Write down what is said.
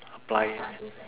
apply